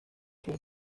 tour